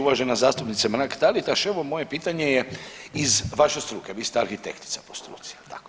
Uvažena zastupnice Mrak-Taritaš, evo moje pitanje je iz vaše struke, vi ste arhitektica po struci, jel tako?